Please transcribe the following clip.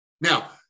Now